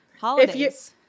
holidays